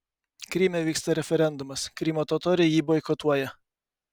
kryme vyksta referendumas krymo totoriai jį boikotuoja